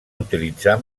utilitzar